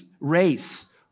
race